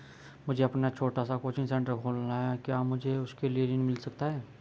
मुझे अपना छोटा सा कोचिंग सेंटर खोलना है क्या मुझे उसके लिए ऋण मिल सकता है?